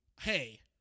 hey